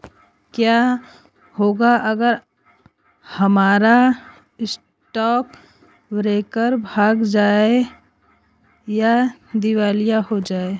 क्या होगा अगर हमारा स्टॉक ब्रोकर भाग जाए या दिवालिया हो जाये?